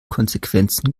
konsequenzen